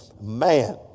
Man